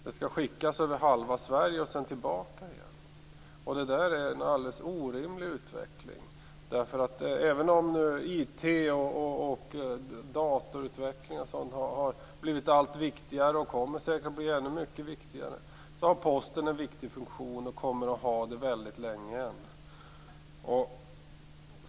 Det skall skickas över halva Sverige och sedan tillbaka igen. Det är en alldeles orimlig utveckling. Även om IT och datautvecklingen har blivit allt viktigare har posten en viktig funktion och kommer att ha det under lång tid framöver.